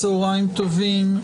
צוהריים טובים.